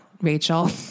Rachel